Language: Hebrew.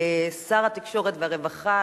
ולשר התקשורת והרווחה,